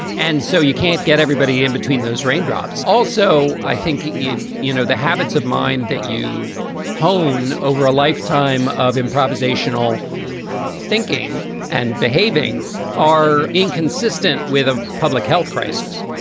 and so you can't get everybody in between those raindrops. also, i think, you you know, the habits of mind that you hone over a lifetime of improvisational thinking and behaving are inconsistent with a public health crisis.